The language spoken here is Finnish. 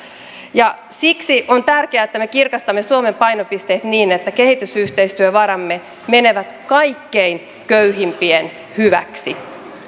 siksi on tärkeää että me kirkastamme suomen painopisteet niin että kehitysyhteistyövaramme menevät kaikkein köyhimpien hyväksi